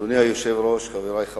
חבר הכנסת עפו אגבאריה, בבקשה.